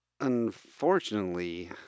unfortunately